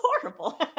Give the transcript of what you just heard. horrible